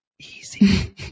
easy